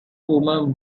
woman